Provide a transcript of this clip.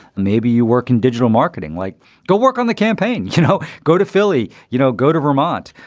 maybe you work in digital marketing, like go work on the campaign, you know, go to philly, you know, go to vermont.